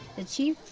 the chief,